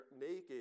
naked